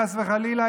חס וחלילה,